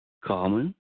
common